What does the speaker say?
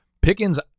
Pickens